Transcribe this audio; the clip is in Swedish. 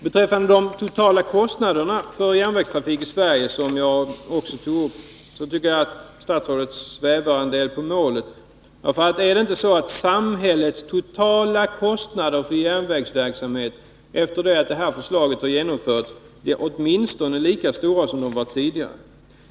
Beträffande de totala kostnaderna för järnvägstrafik i Sverige, som jag också tog upp, tycker jag att statsrådet svävar en del på målet. Är det inte på det sättet att samhällets totala kostnader för järnvägsverksamhet efter det att de här förslagen har genomförts är åtminstone lika stora som de var tidigare?